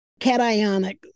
cationic